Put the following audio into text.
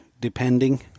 depending